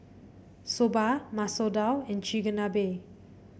Soba Masoor Dal and Chigenabe